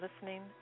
listening